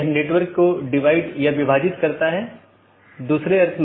यह BGP का समर्थन करने के लिए कॉन्फ़िगर किया गया एक राउटर है